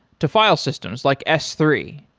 to file systems like s three.